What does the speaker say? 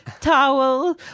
towel